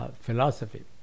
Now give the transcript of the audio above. philosophy